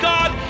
God